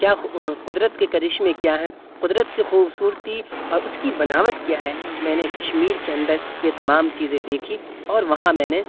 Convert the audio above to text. کیا قدرت کے کرشمے کیا ہیں قدرت کے خوبصورتی اور اس کی بناوٹ کیا ہے میں نے کشمیر کے اندر یہ تمام چیزیں دیکھیں اور وہاں میں نے